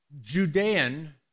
Judean